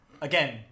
again